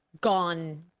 gone